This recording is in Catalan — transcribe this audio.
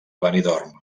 benidorm